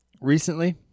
recently